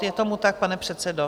Je tomu tak, pane předsedo?